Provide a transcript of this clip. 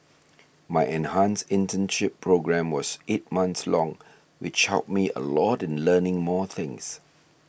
my enhanced internship programme was eight months long which helped me a lot in learning more things